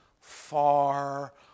far